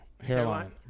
hairline